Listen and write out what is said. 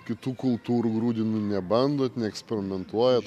kitų kultūrų grūdinių nebandot neeksperimentuojat